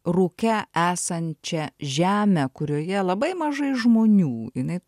rūke esančią žemę kurioje labai mažai žmonių jinai